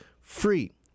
Free